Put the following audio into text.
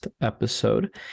episode